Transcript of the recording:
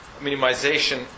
minimization